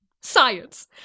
Science